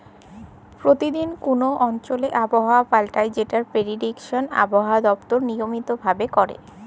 পরতিদিল কল অঞ্চলে আবহাওয়া পাল্টায় যেটর পেরডিকশল আবহাওয়া দপ্তর লিয়মিত ভাবে ক্যরে